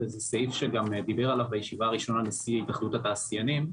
זה סעיף שגם דיבר עליו בישיבה הראשונה נשיא התאחדות התעשיינים.